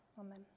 Amen